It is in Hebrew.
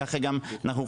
כך אנחנו גם חושבים,